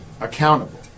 accountable